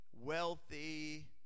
wealthy